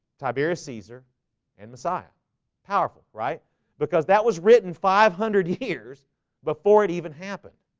tiberius caesar and messiah powerful, right because that was written five hundred years before it even happened